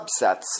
subsets